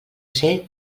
ser